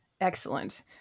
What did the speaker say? Excellent